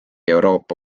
euroopa